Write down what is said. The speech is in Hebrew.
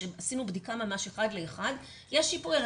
עשינו בדיקה ממש אחד לאחד יש שיפוי על